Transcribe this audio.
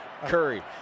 Curry